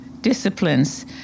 disciplines